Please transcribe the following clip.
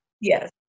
Yes